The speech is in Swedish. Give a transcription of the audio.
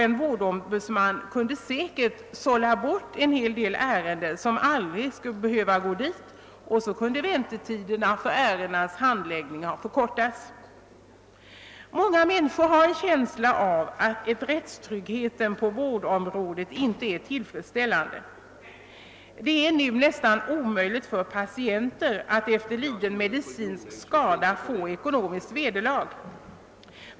En vårdombudsman kunde säkert sålla bort en hel del ärenden som aldrig skulle behöva gå dit, och så kunde väntetiden för ärendenas handläggning förkortas. Många människor har en känsla av att rättstryggheten på vårdområdet inte är tillfredsställande. Det är nu nästan omöjligt för patienter att efter liden medicinsk skada få ekonomiskt vederlag.